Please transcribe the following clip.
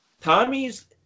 Tommy's